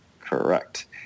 Correct